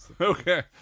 Okay